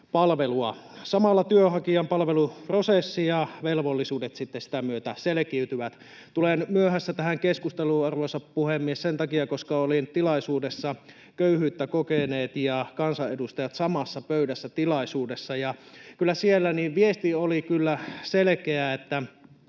Samalla työnhakijan palveluprosessi ja velvollisuudet sitä myötä selkiytyvät. Tulen myöhässä tähän keskusteluun, arvoisa puhemies, sen takia, että olin Köyhyyttä kokeneet ja kansanedustajat samassa pöydässä ‑tilaisuudessa, ja kyllä siellä viesti oli selkeä, että